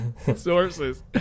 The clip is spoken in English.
Sources